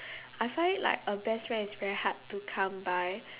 I find it like a best friend is very hard to come by